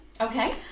okay